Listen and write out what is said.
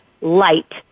light